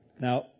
Now